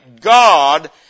God